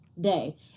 day